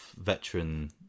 veteran